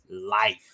life